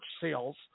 sales